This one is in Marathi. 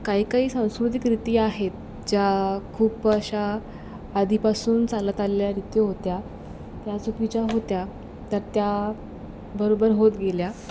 काही काही सांस्कृतिक रीती आहेत ज्या खूप अशा आधीपासून चालत आल्या होत्या त्या चुकीच्या होत्या त्यात त्या बरोबर होत गेल्या